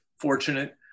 fortunate